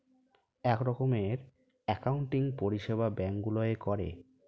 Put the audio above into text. এক রকমের অ্যাকাউন্টিং পরিষেবা ব্যাঙ্ক গুলোয় করে